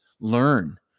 learn